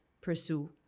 pursue